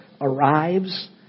arrives